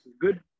good